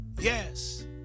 Yes